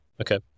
Okay